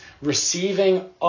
receiving